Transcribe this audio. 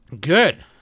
Good